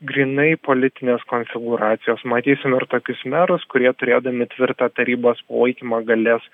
grynai politinės konfigūracijos matysim ir tokius merus kurie turėdami tvirtą tarybos palaikymą galės